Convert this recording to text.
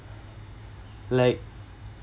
like`